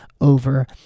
over